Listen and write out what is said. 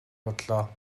бодлоо